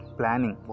planning